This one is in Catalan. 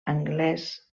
anglès